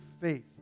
faith